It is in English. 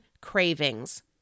cravings